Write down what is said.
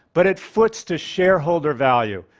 but it foots to shareholder value,